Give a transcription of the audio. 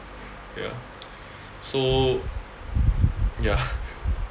ya so ya